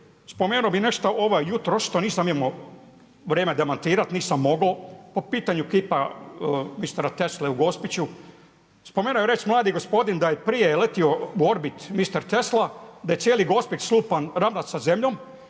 spomenuo bi nešto jutros, što nisam imao vrijeme demantirati, nisam mogao, po pitanju kipa mistera Tesla u Gospiću. Spomenuo je reći mladi gospodin da je prije letio u orbit mister Tesla, da je cijeli Gospić slupan, ravnat sa zemljom,